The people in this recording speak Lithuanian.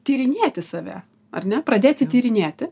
tyrinėti save ar ne pradėti tyrinėti